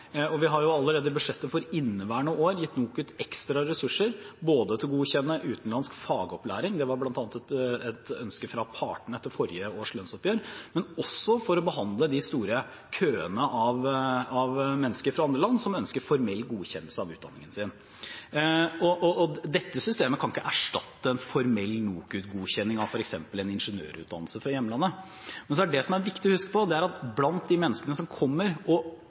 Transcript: Vi har allerede i budsjettet for inneværende år gitt NOKUT ekstra ressurser både til å godkjenne utenlandsk fagopplæring – det var bl.a. et ønske fra partene etter forrige års lønnsoppgjør – og til å behandle de store køene av mennesker fra andre land som ønsker formell godkjennelse av utdanningen sin. Dette systemet kan ikke erstatte en formell NOKUT-godkjenning av f.eks. en ingeniørutdannelse fra hjemlandet. Det som også er viktig å huske på, er at blant de menneskene som kommer, og